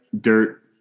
dirt